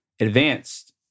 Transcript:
advanced